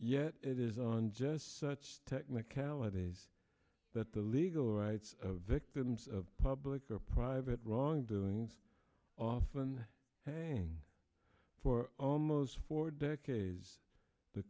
yet it is on just such technicalities that the legal rights of victims of public or private wrongdoings often pain for almost four decades the